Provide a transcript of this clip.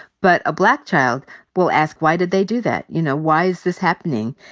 but a black child will ask, why did they do that? you know, why is this happening?